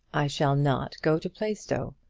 i shall not go to plaistow.